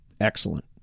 Excellent